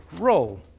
role